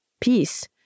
peace